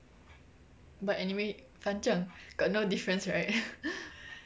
but anyway 反正 got no difference right